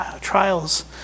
trials